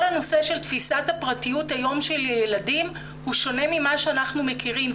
הנושא של תפיסת הפרטיות של ילדים היום הוא שונה ממה שאנחנו מכירים.